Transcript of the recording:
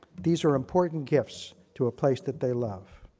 these are important gifts to a place that they love.